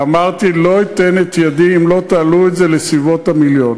ואמרתי: לא אתן את ידי אם לא תעלו את זה לסביבות המיליון.